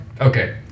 Okay